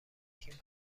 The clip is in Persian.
تیم